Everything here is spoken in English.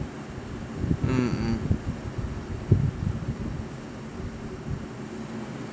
mm mm